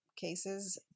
cases